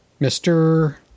Mr